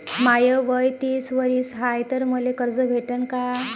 माय वय तीस वरीस हाय तर मले कर्ज भेटन का?